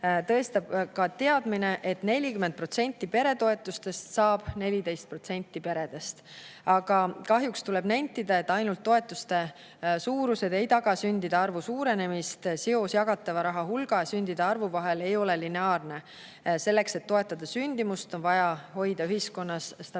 tõestab ka teadmine, et 40% peretoetustest saab 14% peredest. Aga kahjuks tuleb nentida, et ainult suured toetused ei taga sündide arvu suurenemist. Seos jagatava raha hulga ja sündide arvu vahel ei ole lineaarne. Selleks, et toetada sündimust, on vaja hoida ühiskonnas stabiilsust